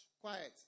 Quiet